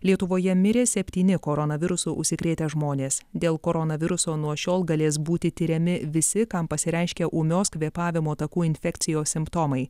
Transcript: lietuvoje mirė septyni koronavirusu užsikrėtę žmonės dėl koronaviruso nuo šiol galės būti tiriami visi kam pasireiškia ūmios kvėpavimo takų infekcijos simptomai